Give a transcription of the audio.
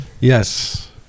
Yes